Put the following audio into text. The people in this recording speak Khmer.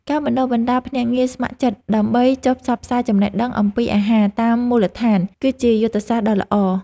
ការបណ្តុះបណ្តាលភ្នាក់ងារស្ម័គ្រចិត្តដើម្បីចុះផ្សព្វផ្សាយចំណេះដឹងចំណីអាហារតាមមូលដ្ឋាន គឺជាយុទ្ធសាស្ត្រដ៏ល្អ។